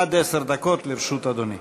עד עשר דקות לרשות אדוני.